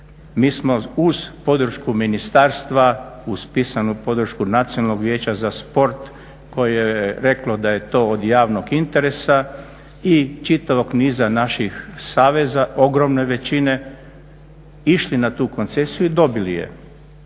Mi smo uz podršku ministarstva, uz pisanu podršku Nacionalnog vijeća za sport koje je reklo da je to od javnog interesa i čitavog niza naših saveza, ogromne većine išli na tu koncesiju i dobili je.